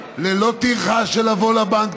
ללא טרחה של לבוא לבנק,